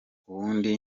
ubundi